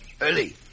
Early